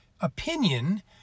opinion